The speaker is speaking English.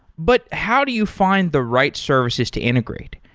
but how do you find the right services to integrate?